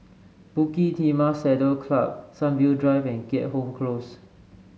Bukit Timah Saddle Club Sunview Drive and Keat Hong Close